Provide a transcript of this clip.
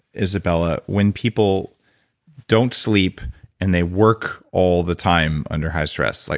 izabella, when people don't sleep and they work all the time under high stress? like